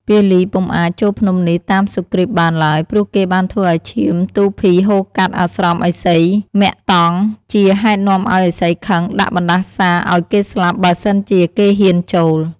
ពាលីពុំអាច ចូលភ្នំនេះតាមសុគ្រីពបានឡើយ ព្រោះគេបានធ្វើឱ្យឈាមទូភីហូរកាត់អាស្រមឥសីមតង្គ ជា ហេតុនាំឱ្យឥសីខឹងដាក់បណ្តាសារឱ្យគេស្លាប់ បើសិនជាគេហ៊ានចូល។